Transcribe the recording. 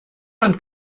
man